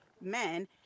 men